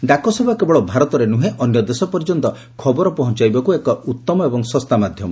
ଡାକସେବା କେବଳ ଭାରତରେ ନୁହେଁ ଅନ୍ୟ ଦେଶ ପର୍ଯ୍ୟନ୍ତ ଖବର ପହଞାଇବାକୁ ଏକ ଉଉମ ଏବଂ ଶସ୍ତା ମାଧ୍ୟମ